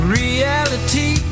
reality